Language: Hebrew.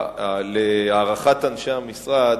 להערכת אנשי המשרד,